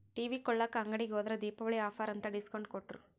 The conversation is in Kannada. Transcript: ಟಿವಿ ಕೊಳ್ಳಾಕ ಅಂಗಡಿಗೆ ಹೋದ್ರ ದೀಪಾವಳಿ ಆಫರ್ ಅಂತ ಡಿಸ್ಕೌಂಟ್ ಕೊಟ್ರು